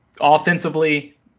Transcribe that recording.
offensively